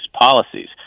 policies